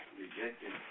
rejected